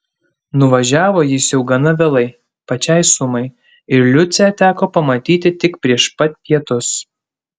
nuvažiavo jis jau gana vėlai pačiai sumai ir liucę teko pamatyti tik prieš pat pietus